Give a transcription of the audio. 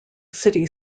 city